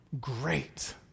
great